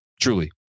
Truly